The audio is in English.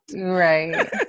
right